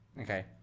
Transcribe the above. Okay